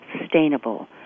sustainable